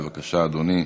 בבקשה, אדוני.